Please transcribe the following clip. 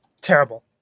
terrible